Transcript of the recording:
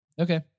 Okay